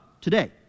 today